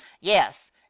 yes